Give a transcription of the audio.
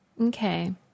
Okay